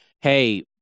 hey